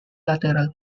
lateral